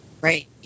Right